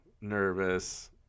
nervous